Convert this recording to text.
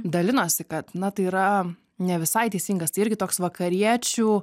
dalinosi kad na tai yra ne visai teisingas tai irgi toks vakariečių